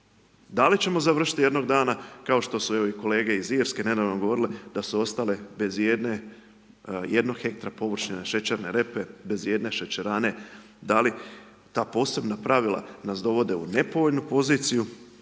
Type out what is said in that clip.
Da li ćemo završiti jednog dana kao što su i kolege iz Irske nedavno govorile da su ostale bez ijednog hektra površine šećerne repe, bez ijedne šećerane, da li ta posebna pravila nas dovode u nepovoljnu poziciju